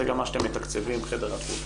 זה גם מה שאתם מתקצבים חדר אקוטי.